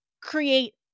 create